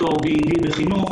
או תואר BAd בחינוך,